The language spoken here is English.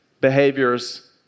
behaviors